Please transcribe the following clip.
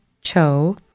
Cho